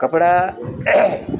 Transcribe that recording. કપડા